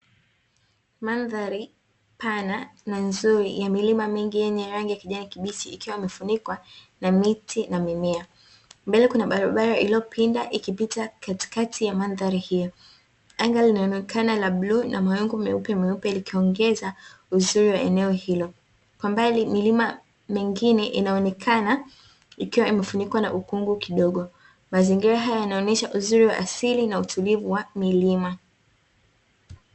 Mandhari pana na nzuri ya milima mingi yenye rangi ya kijani kibichi ikiwa imefunikwa na miti na mimea. Mbele kuna barabara iliyopinda ikipita katikati ya mandhari hiyo. Anga linaonekana la bluu na mawingu meupemeupe likiongeza uzuri wa eneo hilo Kwa mbali milima mengine inaonekana ikiwa imefunikwa na ukungu kidogo. Mazingira haya yanaonyesha uzuri wa asili na utulivu wa milima.